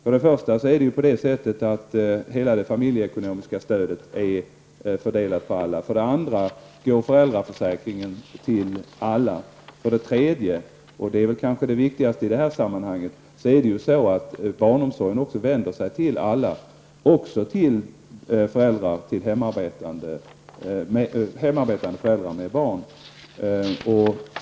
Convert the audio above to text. För det första är hela det familjeekonomiska stödet fördelat på alla. För det andra går föräldraförsäkringen till alla. För det tredje -- och det är kanske det viktigaste i detta sammanhang -- är det så att barnomsorgen också vänder sig till alla, också till hemarbetande föräldrar med barn.